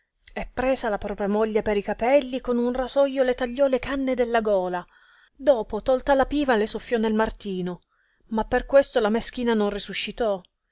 e presa la propia moglie per i capelli con un rasoio le tagliò le canne della gola dopo tolta la piva le soffiò nel martino ma per questo la meschina non resuscitò